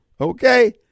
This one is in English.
okay